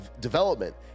development